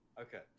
Okay